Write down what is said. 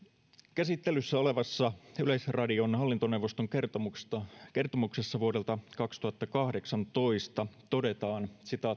käsittelyssä olevassa yleisradion hallintoneuvoston kertomuksessa vuodelta kaksituhattakahdeksantoista todetaan